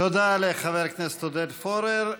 תודה לחבר הכנסת עודד פורר.